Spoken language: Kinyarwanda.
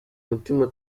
mutima